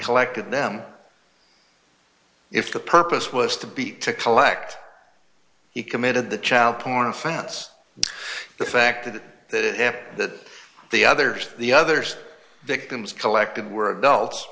collected them if the purpose was to be to collect he committed the child porn offense the fact that it that the others the others victims collected were adults